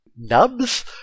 Nubs